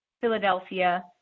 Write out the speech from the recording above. philadelphia